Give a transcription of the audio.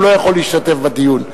הוא לא יכול להשתתף בדיון.